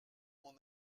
mon